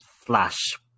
flash